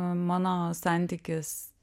mano santykis